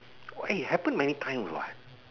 what it happens many times what